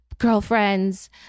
girlfriends